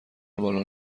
بالن